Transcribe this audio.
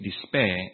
despair